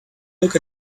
look